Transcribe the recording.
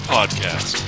Podcast